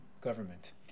government